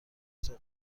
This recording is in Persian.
تخم